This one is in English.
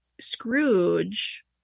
Scrooge